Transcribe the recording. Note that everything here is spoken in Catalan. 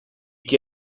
que